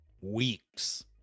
weeks